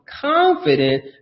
confident